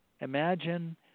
imagine